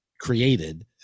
created